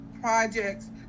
projects